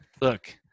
look